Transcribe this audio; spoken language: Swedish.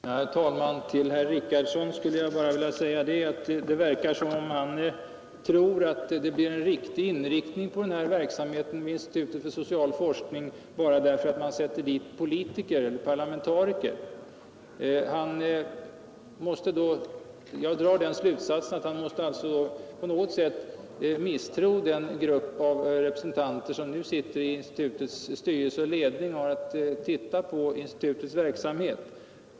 Herr talman! Till herr Richardson vill jag endast säga att det verkar som om han tror att det blir en riktig inriktning av den här verksamheten vid institutet för social forskning bara därför att man sätter dit politiker, parlamentariker. Jag drar den slutsatsen att herr Richardson på något sätt måste misstro den grupp av representanter som nu sitter i institutets styrelse och ledning och har att se på institutets verksamhet.